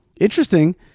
Interesting